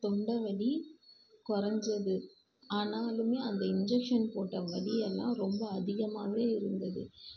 அந்த தொண்டை வலி குறஞ்சது ஆனாலுமே அந்த இன்ஜெக்ஷன் போட்ட வலி எல்லாம் ரொம்ப அதிகமாகவே இருந்தது